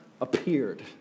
appeared